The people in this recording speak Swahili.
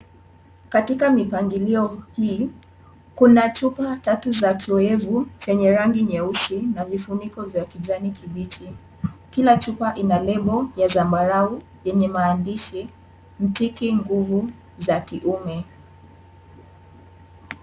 Katika mipangilio hii, kuna chupa tatu za kiwevu chenye rangi nyeusi na vifuniko vya kijani kibichi. Kila chupa ina lebo ya zambarau yenye maandishi, mtiki nguvu za kiume.